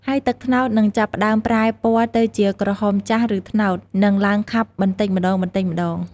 ហើយទឹកត្នោតនឹងចាប់ផ្តើមប្រែពណ៌ទៅជាក្រហមចាស់ ឬត្នោត និងឡើងខាប់បន្តិចម្ដងៗ។